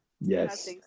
Yes